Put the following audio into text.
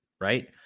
right